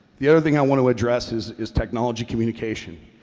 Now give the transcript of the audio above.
the other thing i want to address is is technology communication.